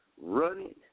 running